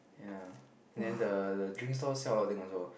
ya then the the drink stall sell a lot of thing also